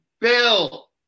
Bill